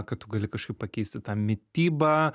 kad tu gali kažkaip pakeisti tą mitybą